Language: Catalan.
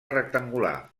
rectangular